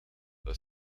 the